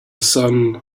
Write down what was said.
sun